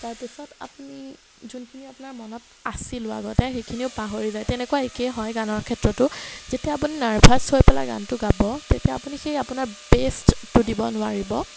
তাৰপিছত আপুনি যোনখিনি আপোনাৰ মনত আছিলেও আগতে সেইখিনিও পাহৰি যায় তেনেকুৱা একেই হয় গানৰ ক্ষেত্ৰতো যেতিয়া আপুনি নাৰ্ভাছ হৈ পেলাই গানটো গাব তেতিয়া আপুনি সেই আপোনাৰ বেষ্টটো দিব নোৱাৰিব